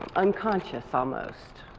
unconscious, almost.